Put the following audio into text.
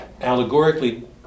allegorically